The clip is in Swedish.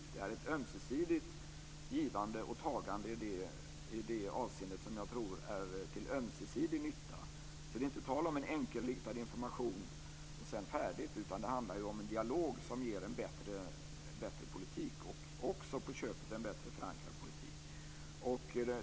Det här är ett ömsesidigt givande och tagande i det avseendet, som jag tror är till ömsesidig nytta. Det är inte tal om en enkelriktad information och sedan är det färdigt. Det handlar ju om en dialog som ger en bättre politik och på köpet också en bättre förankrad politik.